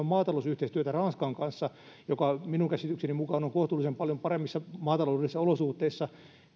maatalousyhteistyötä ranskan kanssa joka minun käsitykseni mukaan on kohtuullisen paljon paremmissa maataloudellisissa olosuhteissa